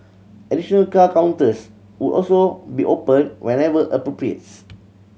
additional car counters would also be opened whenever appropriates